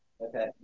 Okay